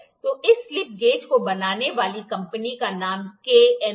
तो इस slip gauge को बनाने वाली कंपनी का नाम K N है